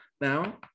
Now